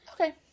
Okay